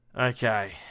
Okay